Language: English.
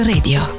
Radio